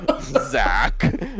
Zach